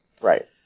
Right